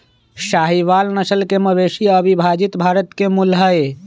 साहीवाल नस्ल के मवेशी अविभजित भारत के मूल हई